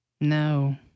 No